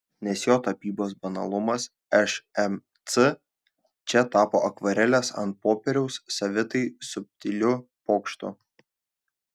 nes jo tapybos banalumas šmc čia tapo akvarelės ant popieriaus savitai subtiliu pokštu